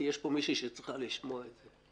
כי יש פה מישהי שצריכה לשמוע את זה.